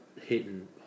Hitting